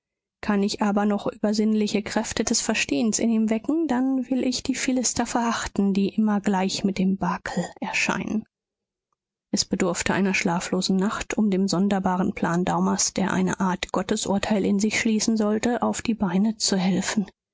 kann ich aber noch übersinnliche kräfte des verstehens in ihm wecken dann will ich die philister verachten die immer gleich mit dem bakel erscheinen es bedurfte einer schlaflosen nacht um dem sonderbaren plan daumers der eine art gottesurteil in sich schließen sollte auf die beine zu helfen